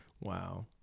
Wow